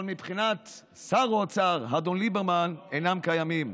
אבל מבחינת שר האוצר אדון ליברמן הם אינם קיימים.